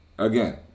Again